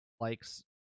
Likes